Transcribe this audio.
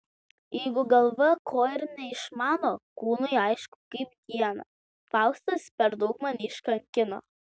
jeigu galva ko ir neišmano kūnui aišku kaip dieną faustas per daug mane iškankino